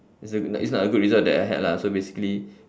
it's a it's not a good result that I had lah so basically